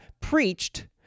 preached